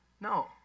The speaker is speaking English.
No